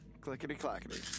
Clickety-clackety